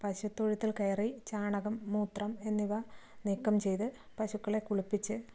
പശുത്തൊഴുത്തിൽ കയറി ചാണകം മൂത്രം എന്നിവ നീക്കം ചെയ്ത് പശുക്കളെ കുളിപ്പിച്ച്